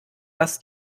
dass